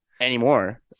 anymore